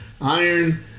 Iron